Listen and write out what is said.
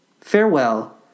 farewell